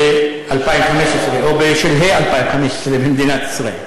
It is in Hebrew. ב-2015, או בשלהי 2015, במדינת ישראל.